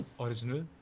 original